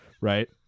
right